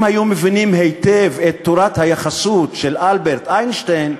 אם היו מבינים היטב את תורת היחסות של אלברט איינשטיין,